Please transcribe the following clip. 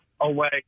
away